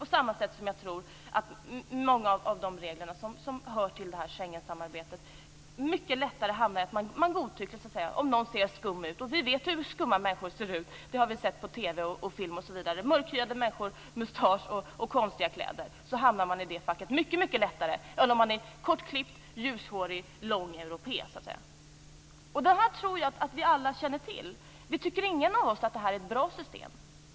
På samma sätt tror jag att många av de regler som hör till Schengensamarbetet gör att det lätt blir mycket mer godtyckligt, om någon ser skum ut. Vi vet hur skumma människor ser ut; det har vi sett på TV, film osv. För mörkhyade människor med mustasch och konstiga kläder är det mycket lättare att hamna i ett fack än för den som är en kortklippt, ljushårig, lång europé. Detta tror jag att vi alla känner till. Ingen av oss tycker att det här är ett bra system.